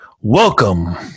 welcome